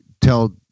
tell